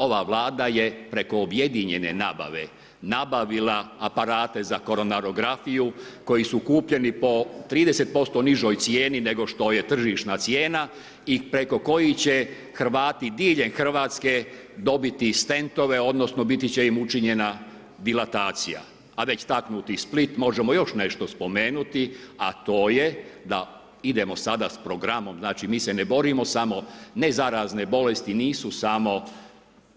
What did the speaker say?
Ova Vlada je preko objedinjene nabave nabavila aparate za koronarografiju koji su kupljeni po 30% nižoj cijeni nego što je tržišna cijena i preko kojih će Hrvati diljem Hrvatske dobiti stentove odnosno biti će im učinjena dilatacija, a već taknuti Split možemo još nešto spomenuti, a to je da idemo sada s programom, znači mi se ne borimo samo ne za razne bolesti nisu samo